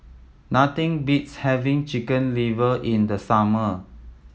nothing beats having Chicken Liver in the summer